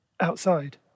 outside